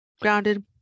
grounded